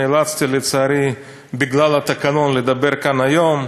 נאלצתי, לצערי, בגלל התקנון, לדבר כאן היום,